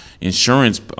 insurance